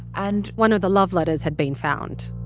and. one of the love letters had been found